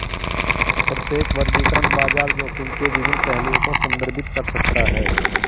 प्रत्येक वर्गीकरण बाजार जोखिम के विभिन्न पहलुओं को संदर्भित कर सकता है